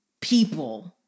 people